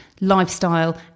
lifestyle